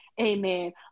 Amen